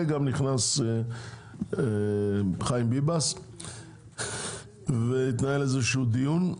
גם נכנס חיים ביבס והתנהל איזשהו דיון.